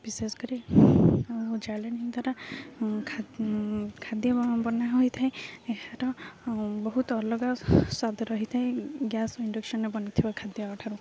ବିଶେଷ କରି ଆଉ ଜାଳେଣି ଦ୍ୱାରା ଖାଦ୍ୟ ବନା ହୋଇଥାଏ ଏହାର ବହୁତ ଅଲଗା ସ୍ୱାଦ ରହିଥାଏ ଗ୍ୟାସ୍ ଇଣ୍ଡକ୍ସନରେ ବନିଥିବା ଖାଦ୍ୟ ଠାରୁ